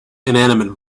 inanimate